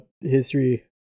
history